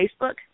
Facebook